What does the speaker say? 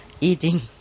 eating